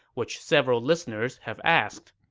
which several listeners have asked.